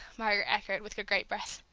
margaret echoed, with a great breath.